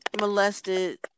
molested